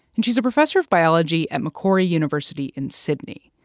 and she's a professor of biology at macquarie university in sydney.